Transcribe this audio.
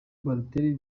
balotelli